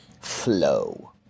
flow